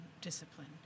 discipline